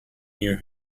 near